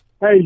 Hey